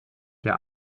der